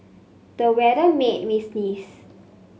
the weather made me sneeze